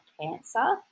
cancer